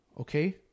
okay